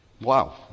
Wow